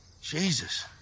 jesus